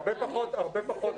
הרבה פחות.